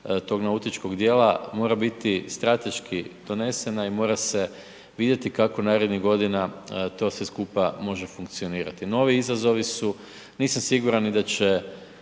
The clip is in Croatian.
tog nautičkog dijela, mora biti strateški donesena i mora se vidjeti kako narednih godina to sve skupa može funkcionirati. Novi izazovi su, nisam siguran ni da će